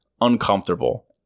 uncomfortable